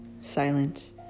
silence